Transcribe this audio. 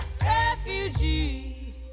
Refugee